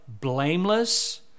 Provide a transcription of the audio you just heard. blameless